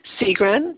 Seagren